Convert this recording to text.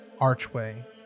archway